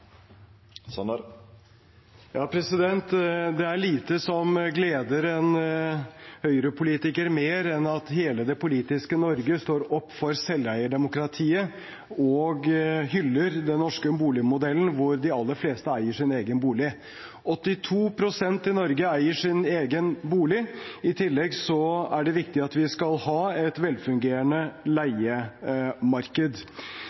Det er lite som gleder en Høyre-politiker mer enn at hele det politiske Norge står opp for selveierdemokratiet og hyller den norske boligmodellen, der de aller fleste eier sin egen bolig. 82 pst. i Norge eier sin egen bolig. I tillegg er det viktig at å ha et velfungerende